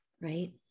right